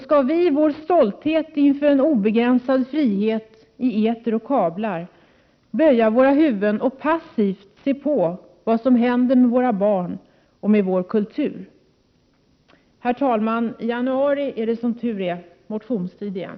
Skall vi i vår stolthet över en obegränsad frihet i eter och kablar böja våra huvuden och passivt se på vad som händer med våra barn och vår kultur? Herr talman! I januari är det som tur är motionstid igen.